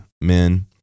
men